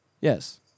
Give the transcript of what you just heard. Yes